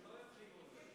שלא, דברי חוכמה.